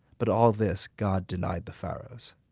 but all this god denied the faroes.